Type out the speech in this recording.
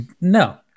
No